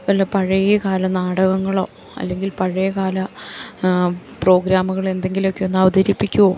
വല്ല പഴയ കാല നാടകങ്ങളോ അല്ലെങ്കിൽ പഴയ കാല പ്രോഗ്രാമുകൾ എന്തെങ്കിലുമൊക്കെ ഒന്ന് അവതരിപ്പിക്കുവോ